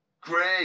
Great